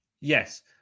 Yes